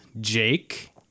Jake